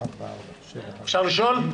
אפשר לשאול?